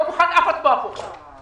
אני לא מוכן לאף הצבעה פה עכשיו.